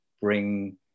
bring